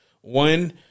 one